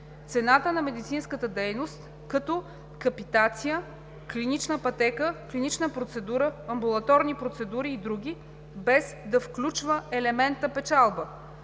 цената на медицинската дейност, като „капитация“, „клинична пътека“, „клинични процедури“, „амбулаторни процедури“ и други, без да включва елемента печалба